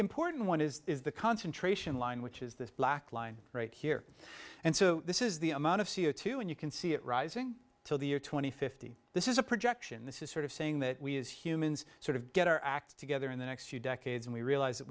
important one is the concentration line which is this black line right here and so this is the amount of c o two and you can see it rising to the year two thousand and fifty this is a projection this is sort of saying that we as humans sort of get our act together in the next few decades and we realize that